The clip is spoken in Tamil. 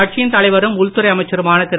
கட்சியின் தலைவரும் உள்துறை அமைச்சருமான திரு